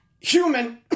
Human